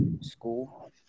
school